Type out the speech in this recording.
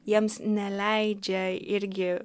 jiems neleidžia irgi